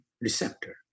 receptor